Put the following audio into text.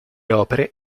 opere